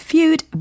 Feud